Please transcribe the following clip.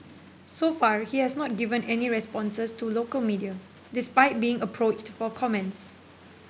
so far he has not given any responses to local media despite being approached for comments